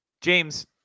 James